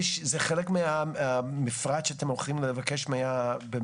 זה חלק מהמפרט שאתם הולכים לבקש במכרז?